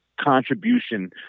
contribution